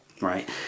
right